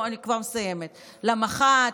אני כבר מסיימת, למח"ט?